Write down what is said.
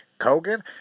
Kogan